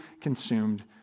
consumed